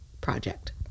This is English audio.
project